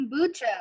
kombucha